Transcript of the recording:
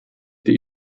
die